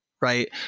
Right